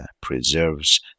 preserves